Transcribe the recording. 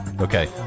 Okay